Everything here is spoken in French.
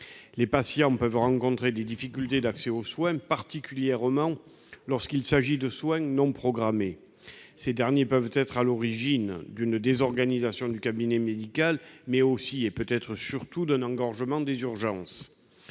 Les patients peuvent rencontrer des difficultés d'accès aux soins, particulièrement lorsqu'il s'agit de soins non programmés. Ces derniers sont parfois à l'origine d'une désorganisation du cabinet médical, mais aussi, et peut-être surtout, d'un engorgement des urgences.